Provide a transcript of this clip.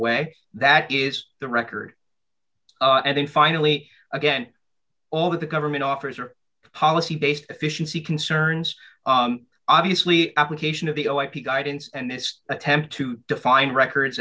way that is the record and then finally again all that the government offers are policy based efficiency concerns obviously application of the oh i p guidance and this attempt to define records